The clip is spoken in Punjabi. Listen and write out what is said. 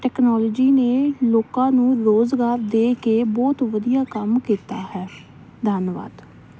ਟੈਕਨੋਲੋਜੀ ਨੇ ਲੋਕਾਂ ਨੂੰ ਰੋਜ਼ਗਾਰ ਦੇ ਕੇ ਬਹੁਤ ਵਧੀਆ ਕੰਮ ਕੀਤਾ ਹੈ ਧੰਨਵਾਦ